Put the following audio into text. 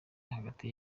bahati